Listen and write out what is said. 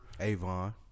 Avon